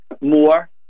more